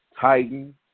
Titan